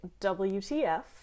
WTF